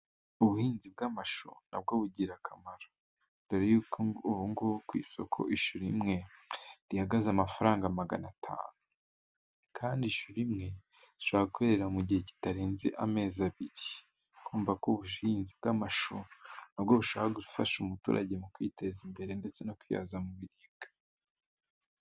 Ubuhinzi bw'amashu na bwo bugira akamaro, dore yuko ubu ngubu ku isoko ishu rimwe rihagaze amafaranga magana atanu, kandi ishu rimwe rishobora kwera mu gihe kitarenze amezi abiri. Urumva ko ubuhinzi bw'amashu, na bwo burushaho gufasha umuturage mu kwiteza imbere, ndetse no kwihaza mu biribwa.